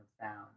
sound